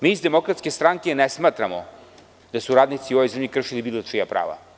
Mi iz DS ne smatramo da su radnici u ovoj zemlji kršili bilo čija prava.